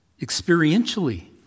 Experientially